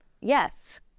Yes